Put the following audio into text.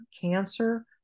cancer